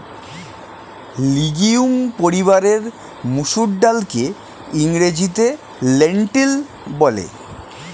legume পরিবারের মুসুর ডালকে ইংরেজিতে লেন্টিল বলে